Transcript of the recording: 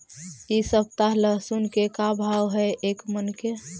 इ सप्ताह लहसुन के का भाव है एक मन के?